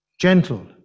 gentle